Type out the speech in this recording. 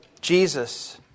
Jesus